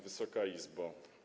Wysoka Izbo!